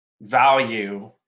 value